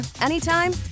anytime